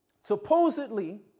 Supposedly